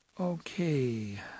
Okay